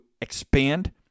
expand